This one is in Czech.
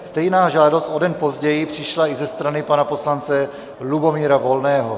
Stejná žádost o den později přišla i ze strany pana poslance Lubomíra Volného.